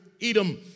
Edom